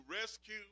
rescue